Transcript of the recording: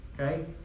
okay